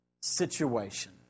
situation